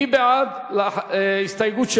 מי בעד לחלופין 2?